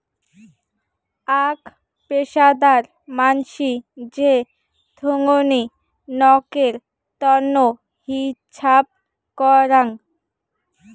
আক পেশাদার মানসি যে থোঙনি নকের তন্ন হিছাব করাং